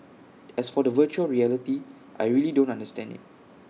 as for the Virtual Reality I don't really understand IT